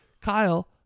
kyle